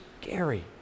scary